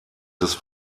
des